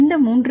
மாணவர் 3 3